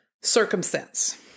circumstance